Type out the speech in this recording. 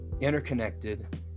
interconnected